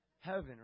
Heaven